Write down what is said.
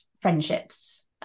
friendships